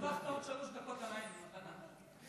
הרווחת עוד שלוש דקות עליי, מתנה.